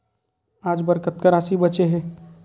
आज बर कतका राशि बचे हे?